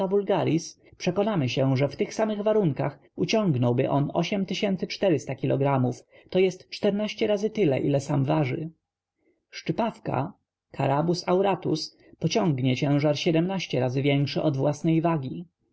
przekonamy się że w tych samych warunkach uciągnąłby on kilogramów to jest razy tyle ile sam waży szczypawka carabus auratus pociągnie ciężar razy większy od własnej wagi